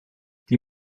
die